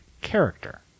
character